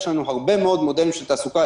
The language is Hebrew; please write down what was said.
יש לנו הרבה מאוד מודלים של תעסוקה,